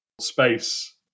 space